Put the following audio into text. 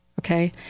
okay